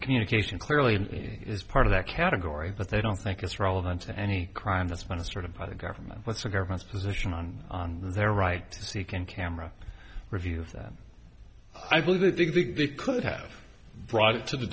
communication clearly is part of that category but they don't think it's relevant to any crime that's been a sort of by the government what's the government's position on on their right to seek in camera reviews that i believe that exhibit could have brought it to the